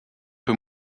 peu